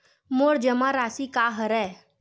मोर जमा राशि का हरय?